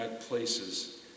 places